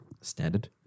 Standard